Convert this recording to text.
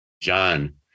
John